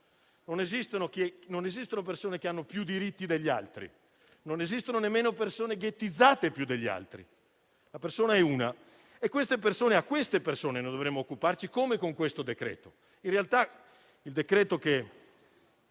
non esistono persone che hanno più diritti degli altri, non esistono nemmeno persone ghettizzate più delle altre. La persona è una e di queste persone dovremmo occuparci come con questo decreto.